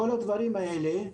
כל הדברים האלה.